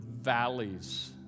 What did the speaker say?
valleys